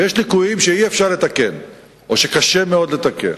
יש ליקויים שאי-אפשר לתקן או שקשה מאוד לתקן,